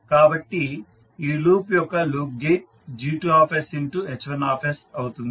కాబట్టి ఈ లూప్ యొక్క లూప్ గెయిన్ G2sH1s అవుతుంది